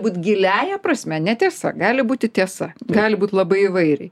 būt giliąja prasme netiesa gali būti tiesa gali būt labai įvairiai